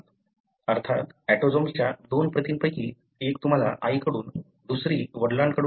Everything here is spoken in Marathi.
अर्थात ऑटोझोम्सच्या दोन प्रतींपैकी एक तुम्हाला आईकडून दुसरी वडिलांकडून मिळाली